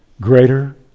Greater